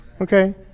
Okay